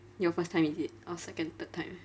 your first time is it or second third time